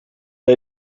bij